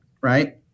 right